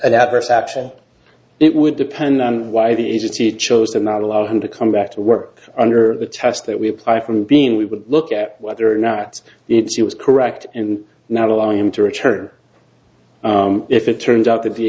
an adverse action it would depend on why the agency chose to not allow him to come back to work under the test that we apply from being we would look at whether or not it was correct in not allowing him to return if it turns out that the